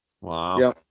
Wow